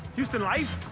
houston life.